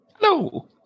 Hello